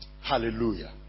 Hallelujah